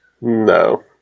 No